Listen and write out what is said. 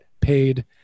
paid